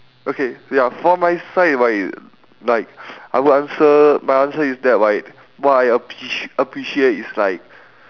okay ya for my side right like I would answer my answer is that right what I apprec~ appreciate is like